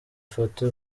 ifoto